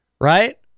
Right